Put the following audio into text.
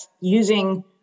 using